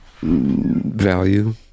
value